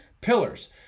pillars